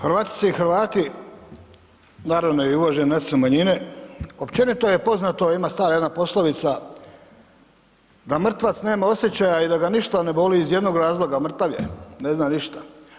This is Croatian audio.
Hrvatice i Hrvati, naravno i uvažene nacionalne manjine, općenito je poznato, ima stara jedna poslovica, da mrtvac nema osjećaja i da ga ništa ne boli iz jednog razloga, mrtav je, ne zna ništa.